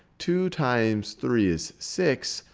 two times three is six,